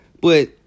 but-